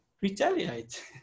retaliate